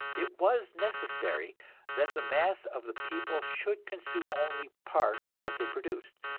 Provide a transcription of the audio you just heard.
it was necessary that the mass of the people should consume only part of what they produced,